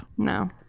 No